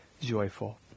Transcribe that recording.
joyful